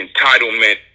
entitlement